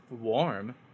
warm